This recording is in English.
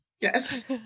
yes